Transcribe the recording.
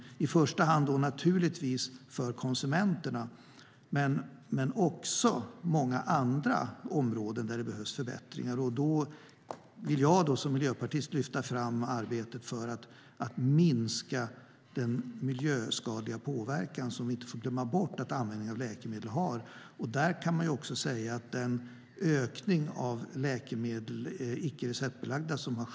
Det sker naturligtvis i första hand för konsumenternas skull, men det finns många andra områden där det också behövs förbättringar. Jag vill som miljöpartist här lyfta fram arbetet med att minska den miljöskadliga påverkan som användningen av läkemedel har och som vi inte får glömma bort.